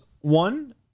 one